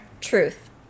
Truth